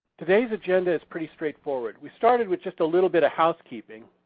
today's agenda is pretty straightforward. we started with just a little bit of housekeeping.